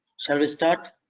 shall we start